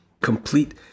complete